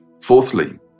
Fourthly